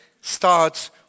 starts